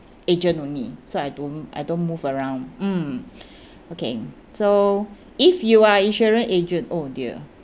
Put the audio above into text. agent only so I don't I don't move around mm okay so if you are insurance agent oh dear